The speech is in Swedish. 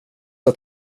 att